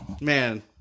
Man